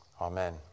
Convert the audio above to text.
Amen